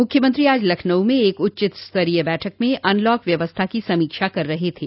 मुख्यमंत्री आज लखनऊ में एक उच्चस्तरीय बैठक में अनलॉक व्यवस्था की समीक्षा कर रहे थे